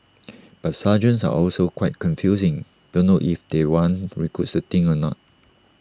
but sergeants are also quite confusing don't know if they want recruits to think or not